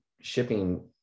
shipping